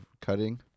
cutting